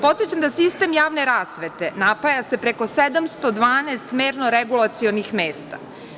Podsećam da sistem javne rasvete napaja se preko 712 merno-regulacionih mesta.